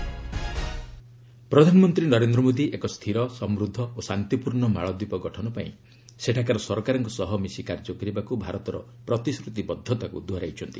PM Maldives ପ୍ରଧାନମନ୍ତ୍ରୀ ନରେନ୍ଦ୍ର ମୋଦୀ ଏକ ସ୍ଥିର ସମୃଦ୍ଧ ଓ ଶାନ୍ତିପୂର୍ଷ୍ଣ ମାଳଦୀପ ଗଠନ ପାଇଁ ସେଠାକାର ସରକାରଙ୍କ ସହ ମିଶି କାର୍ଯ୍ୟ କରିବାକୁ ଭାରତର ପ୍ରତିଶ୍ରତିବଦ୍ଧତାକୁ ଦୋହରାଇଛନ୍ତି